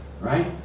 right